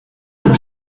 dem